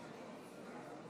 אנא קרא בשמות חברי